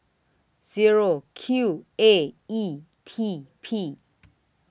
Zero Q A E T P